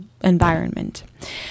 environment